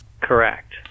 Correct